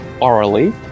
orally